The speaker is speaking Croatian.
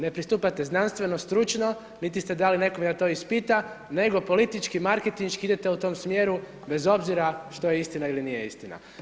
Ne pristupate znanstveno, stručno, niti ste dali nekome da to ispiti, nego politički, marketinški idete u tom smjeru, bez obzira što je istina ili nije istina.